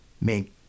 make